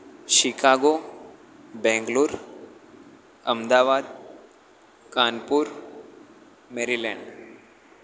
Chicago Bengaluru Ahmedabad Kanpur Mary land